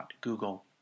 .Google